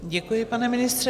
Děkuji, pane ministře.